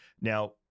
Now